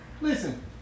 Listen